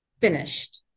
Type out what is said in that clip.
finished